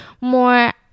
more